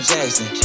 Jackson